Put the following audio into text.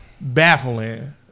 baffling